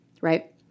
right